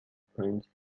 prince